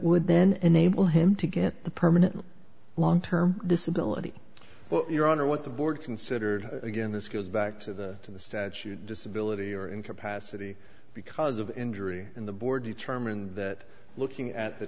would then enable him to get the permanent long term disability but your honor what the board considered again this goes back to the to the statute disability or incapacity because of injury in the board determined that looking at the